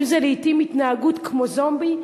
אם זה לעתים התנהגות כמו זומבי,